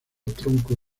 tronco